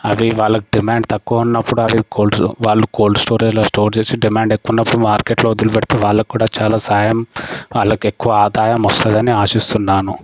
అవి వాళ్ళకి డిమాండ్ తక్కువ ఉన్నప్పుడు వాళ్ళు కోల్డ్ వాళ్ళు కోల్డ్ స్టోరేజ్ స్టోర్ చేసి డిమాండ్ ఎక్కువ ఉన్నప్పుడు మార్కెట్లో వదిలిపెడితే వాళ్లకి కూడా చాలా సాయం వాళ్లకు ఎక్కువ ఆదాయం వస్తదని ఆశిస్తున్నాను